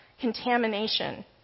contamination